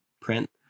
print